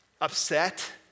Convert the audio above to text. upset